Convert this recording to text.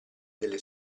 delle